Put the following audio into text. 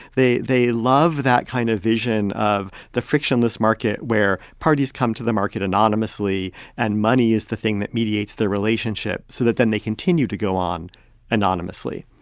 they they love that kind of vision of the frictionless market, where parties come to the market anonymously and money is the thing that mediates the relationship so that then they continue to go on anonymously.